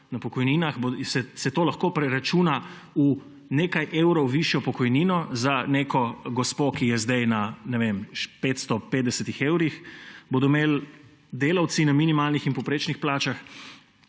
na pokojninah? Se to lahko preračuna v nekaj evrov višjo pokojnino za neko gospo, ki je zdaj na 550 evrih? Bodo imeli delavci na minimalnih in povprečnih plačah